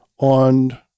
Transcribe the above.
on